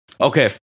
Okay